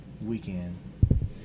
weekend